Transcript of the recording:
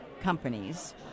companies